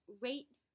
rate